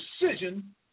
decision